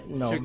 no